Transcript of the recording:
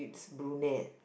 brunette